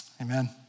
Amen